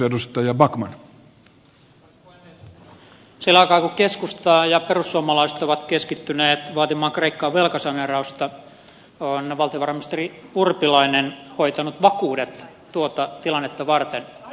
sillä aikaa kun keskusta ja perussuomalaiset ovat keskittyneet vaatimaan kreikkaan velkasaneerausta on valtiovarainministeri urpilainen hoitanut vakuudet tuota tilannetta varten